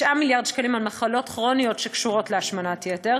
מיליארד שקלים על מחלות כרוניות שקשורות להשמנת יתר,